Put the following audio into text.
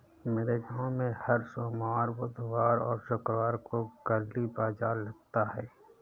मेरे गांव में हर सोमवार बुधवार और शुक्रवार को गली बाजार लगता है